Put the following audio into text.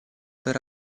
per